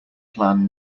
plan